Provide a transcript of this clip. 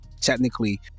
technically